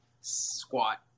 squat